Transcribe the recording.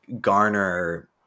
garner